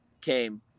came